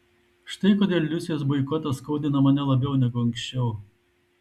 štai kodėl liusės boikotas skaudina mane labiau negu anksčiau